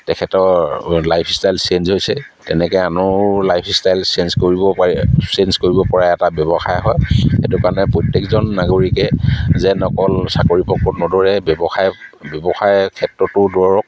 তেখেতৰ lifestyle change হৈছে তেনেকৈ আনৰো লাইফষ্টাইল চেঞ্জ কৰিব পাৰি চেঞ্জ কৰিবপৰা এটা ব্যৱসায় হয় সেইটো কাৰণে প্ৰত্যেকজন নাগৰিকে যেন অকল চাকৰি পকৰত নদৌৰে ব্যৱসায় ব্যৱসায়ৰ ক্ষেত্ৰতো দৌৰক